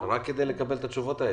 רק כדי לקבל את התשובות.